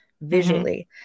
visually